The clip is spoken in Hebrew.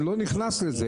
אני לא נכנס לזה.